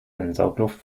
ansaugluft